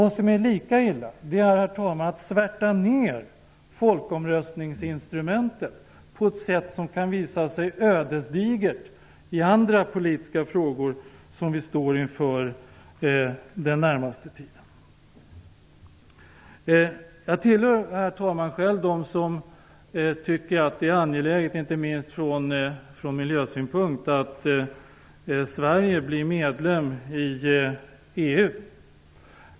Det är lika illa att svärta ned folkomröstningsinstrumentet på ett sätt som kan visa sig ödesdigert i andra politiska frågor som vi står inför den närmaste tiden. Herr talman! Jag tillhör själv dem som tycker att det är angeläget, inte minst från miljösynpunkt, att Sverige blir medlem i EU.